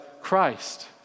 Christ